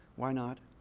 why not?